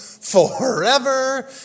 forever